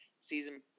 season